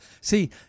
See